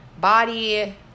body